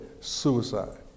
Suicide